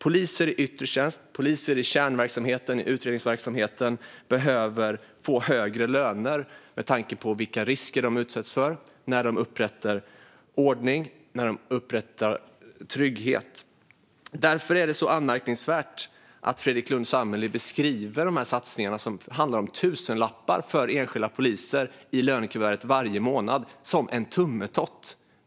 Poliser i yttre tjänst och poliser i kärnverksamheten, i utredningsverksamheten, behöver få högre löner med tanke på vilka risker de utsätts för när de upprättar ordning och trygghet. Därför är det så anmärkningsvärt att Fredrik Lundh Sammeli beskriver de här satsningarna, som för enskilda poliser handlar om tusenlappar i lönekuvertet varje månad, som en tummetott.